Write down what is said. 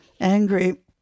angry